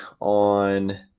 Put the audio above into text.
on